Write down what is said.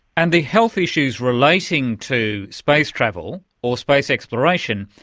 and the health issues relating to space travel or space exploration,